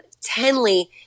Tenley